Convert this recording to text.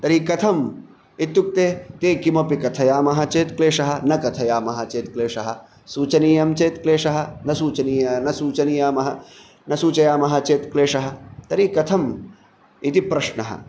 तर्हि कथम् इत्युक्ते ते किमपि कथयामः चेत् क्लेशः न कथयामः चेत् क्लेशः सूचनीयं चेत् क्लेशः न सूचनीय न सूचनीयामः न सूचयामः चेत् क्लेषः तर्हि कथम् इति प्रश्नः